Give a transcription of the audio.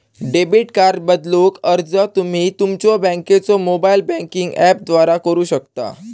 debit card बदलूक अर्ज तुम्ही तुमच्यो बँकेच्यो मोबाइल बँकिंग ऍपद्वारा करू शकता